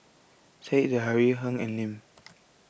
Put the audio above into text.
Said Zahari Heng and Lim